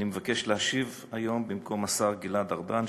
אני מבקש להשיב היום במקום השר גלעד ארדן,